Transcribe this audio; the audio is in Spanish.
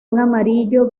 amarillo